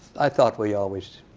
i thought we always